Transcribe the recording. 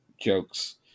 jokes